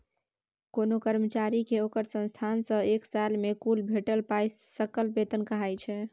कोनो कर्मचारी केँ ओकर संस्थान सँ एक साल मे कुल भेटल पाइ सकल बेतन कहाइ छै